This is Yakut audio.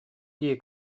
дии